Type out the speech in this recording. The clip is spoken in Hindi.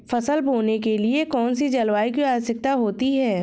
फसल बोने के लिए कौन सी जलवायु की आवश्यकता होती है?